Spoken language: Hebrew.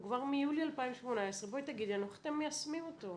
הוא כבר מיולי 2018. בואי תגידי לנו איך אתם מיישמים אותו.